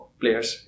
players